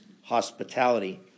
hospitality